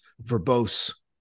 verbose